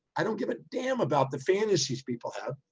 i don't give a damn about the fantasies people have.